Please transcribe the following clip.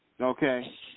Okay